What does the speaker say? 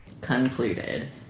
concluded